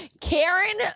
Karen